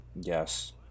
Yes